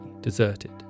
deserted